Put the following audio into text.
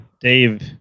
Dave